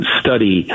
study